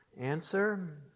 Answer